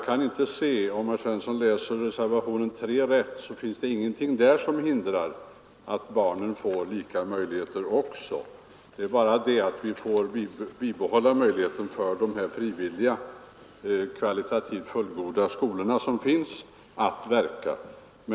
Om herr Svensson läser reservationen 3 rätt, skall han finna att det inte heller där finns någonting som hindrar att barnen får lika möjligheter. Däremot bibehålls de frivilliga kvalitativt fullgoda skolornas möjligheter att verka.